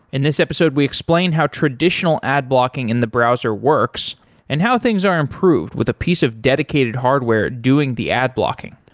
in this episode we explain how traditional ad blocking in the browser works and how things are improved with a piece of dedicated hardware doing the ad blocking.